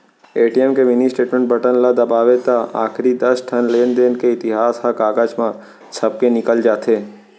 ATM के mini statement button ल दबावें त आखरी दस ठन लेनदेन के इतिहास ह कागज म छपके निकल जाथे